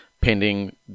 pending